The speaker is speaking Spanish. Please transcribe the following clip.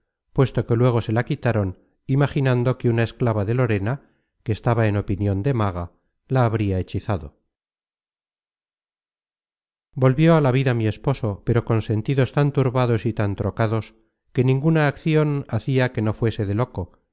puesto que luego se la quitaron imaginando que una esclava de lorena que estaba en opinion de maga la habria hechizado volvió a la vida mi esposo pero con sentidos tan turbados y tan trocados que ninguna accion hacia que no fuese de loco